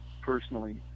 personally